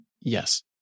yes